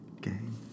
game